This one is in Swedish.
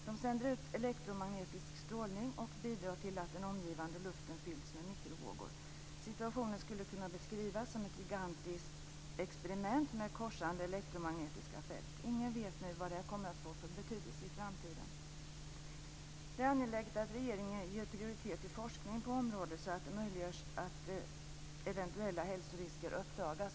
De sänder ut elektormagnetisk strålning och bidrar till att den omgivande luften fylls med mikrovågor. Situationen skulle kunna beskrivas som ett gigantiskt experiment med korsande elektormagnetiska fält. Ingen vet vad detta kommer att få för betydelse i framtiden. Det är angeläget att regeringen ger prioritet till forskning på området så att eventuella hälsorisker uppdagas.